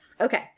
Okay